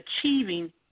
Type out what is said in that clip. achieving